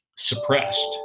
suppressed